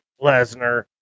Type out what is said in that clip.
Lesnar